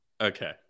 Okay